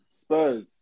Spurs